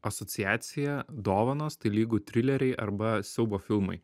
asociacija dovanos tai lygu trileriai arba siaubo filmai